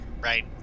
Right